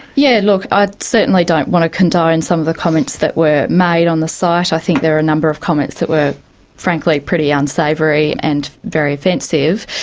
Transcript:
yeah look, i certainly don't want to condone and some of the comments that were made on the site, i think there were a number of comments that were frankly pretty unsavoury and very offensive.